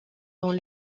dans